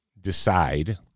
decide